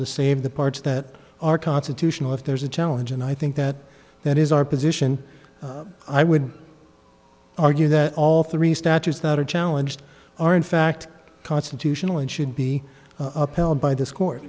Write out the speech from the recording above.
to save the parts that are constitutional if there is a challenge and i think that that is our position i would argue that all three statutes that are challenged are in fact constitutional and should be upheld by this court